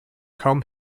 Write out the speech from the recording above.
kaum